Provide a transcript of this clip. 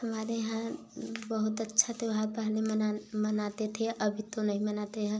हमारे यहाँ बहुत अच्छा त्योहार पहले मना मनाते थे अभी ताे नहीं मनाते हैं